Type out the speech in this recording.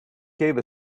gave